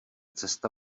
cesta